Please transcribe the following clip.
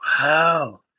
Wow